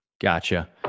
Gotcha